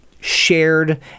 shared